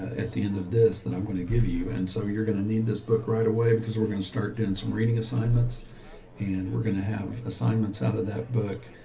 at the end of this, that i'm going to give you. and so you're going to need this book right away, because we're going to start doing some reading assignments and we're going to have assignments out of that book,